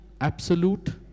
absolute